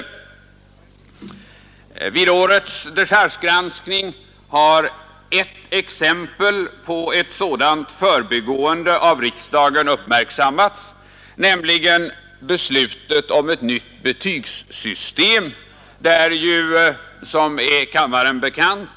Granskning av Vid årets dechargegranskning har ett exempel på ett sådant förbi Statsrådens gående av riksdagens viljeyttring uppmärksammats, nämligen beslutet om ämbetsutövning ett nytt betygssystem. Detta innebär — som är kammaren bekant — att '”.